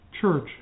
Church